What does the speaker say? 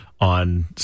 on